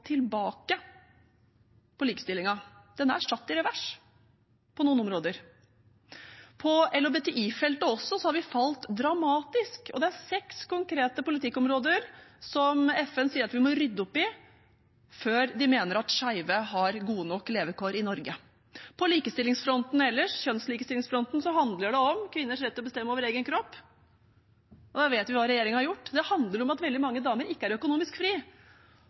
tilbake på likestillingen. Den er satt i revers på noen områder. Også på LHBTI-feltet har vi falt dramatisk, og det er seks konkrete politikkområder som FN sier at vi må rydde opp i før de mener at skeive har gode nok levekår i Norge. På kjønnslikestillingsfronten ellers handler det om kvinners rett til å bestemme over egen kropp, og der vet vi hva regjeringen har gjort. Det handler om at veldig mange damer ikke er økonomisk fri,